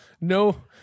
no